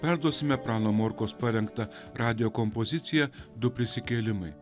perduosime prano morkos parengtą radijo kompoziciją du prisikėlimai